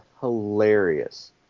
hilarious